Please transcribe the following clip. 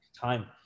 time